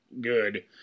good